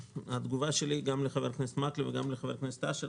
התגובה שלי גם לחבר הכנסת מקלב וגם לחבר הכנסת אשר,